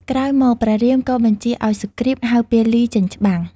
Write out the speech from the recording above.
ក្រោយមក ព្រះរាមក៏បញ្ជាឱ្យសុគ្រីពហៅពាលី ចេញច្បាំង។